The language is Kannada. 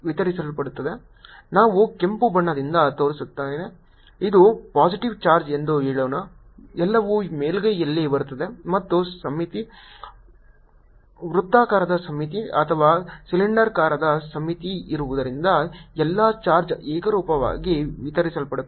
ನಾನು ಕೆಂಪು ಬಣ್ಣದಿಂದ ತೋರಿಸುತ್ತೇನೆ ಇದು ಪಾಸಿಟಿವ್ ಚಾರ್ಜ್ ಎಂದು ಹೇಳೋಣ ಎಲ್ಲವೂ ಮೇಲ್ಮೈಯಲ್ಲಿ ಬರುತ್ತದೆ ಮತ್ತು ಸಮ್ಮಿತಿ ವೃತ್ತಾಕಾರದ ಸಮ್ಮಿತಿ ಅಥವಾ ಸಿಲಿಂಡರಾಕಾರದ ಸಮ್ಮಿತಿ ಇರುವುದರಿಂದ ಎಲ್ಲಾ ಚಾರ್ಜ್ ಏಕರೂಪವಾಗಿ ವಿತರಿಸಲ್ಪಡುತ್ತದೆ